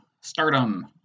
Stardom